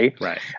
Right